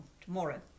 tomorrow